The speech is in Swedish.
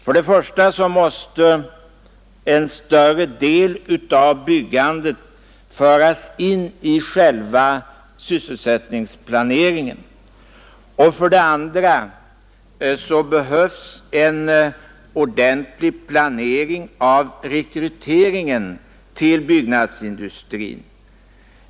För det första måste en större del av byggandet föras in i själva sysselsättningsplaneringen, för det andra behövs en ordentlig planering av rekryteringen till byggnadsindustrin.